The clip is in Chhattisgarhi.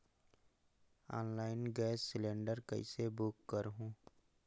ऑनलाइन गैस सिलेंडर कइसे बुक करहु?